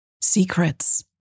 Secrets